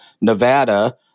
Nevada